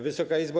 Wysoka Izbo!